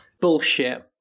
Bullshit